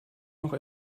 noch